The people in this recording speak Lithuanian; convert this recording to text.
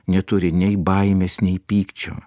neturi nei baimės nei pykčio